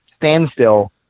standstill